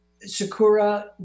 Sakura